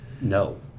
No